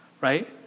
right